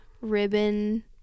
ribbon